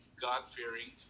God-fearing